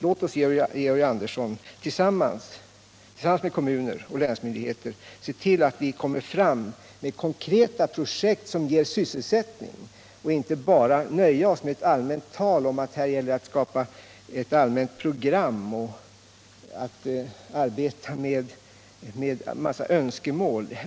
Låt oss, Georg Andersson, tillsammans med kommuner och länsmyndigheter se till att vi får fram konkreta projekt som ger sysselsättning och inte bara nöja oss med att säga att det här gäller att skapa ett allmänt program och att arbeta med en massa önskemål.